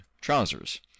trousers